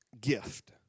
gift